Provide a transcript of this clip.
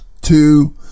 two